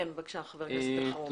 חבר הכנסת אלחרומי.